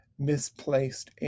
misplaced